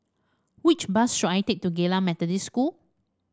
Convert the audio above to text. which bus should I take to Geylang Methodist School